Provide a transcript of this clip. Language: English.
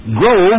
grow